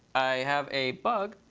i have a bug.